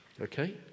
okay